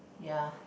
ya